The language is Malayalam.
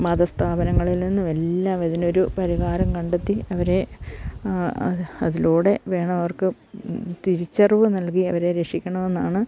മത സ്ഥാപനങ്ങളിൽ നിന്നുമെല്ലാം ഇതിനൊരു പരിഹാരം കണ്ടെത്തി അവരെ അതിലൂടെ വേണമവർക്ക് തിരിച്ചറിവ് നൽകി അവരെ രക്ഷിക്കണമെന്നാണ്